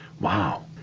Wow